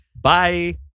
Bye